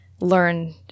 learn